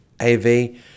AV